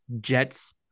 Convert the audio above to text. Jets